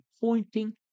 pointing